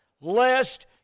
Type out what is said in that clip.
lest